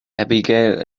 abigail